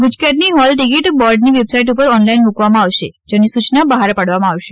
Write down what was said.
ગુજકેટની hall ticket બોર્ડની website પર online મૂકવામાં આવશે જેની સૂચના બહાર પાડવામાં આવશે